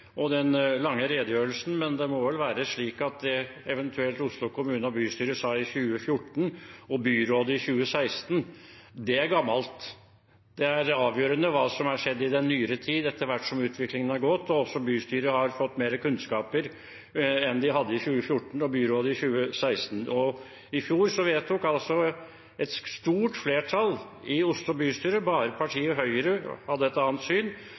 og den lange redegjørelsen, men det må vel være slik at det Oslo kommune og bystyret eventuelt sa i 2014 og byrådet i 2016, er gammelt. Det er avgjørende hva som har skjedd i den nyere tid, etter hvert som utviklingen har gått og bystyret har fått mer kunnskap enn de hadde i 2014 og byrådet i 2016. I fjor vedtok altså et stort flertall i Oslo bystyre – bare partiet Høyre hadde et annet syn